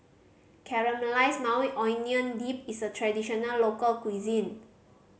Caramelized Maui Onion Dip is a traditional local cuisine